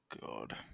God